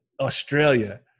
Australia